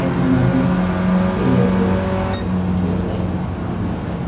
technology चाहिँ अब केटाकेटीहरूलाई है नानीहरूलाई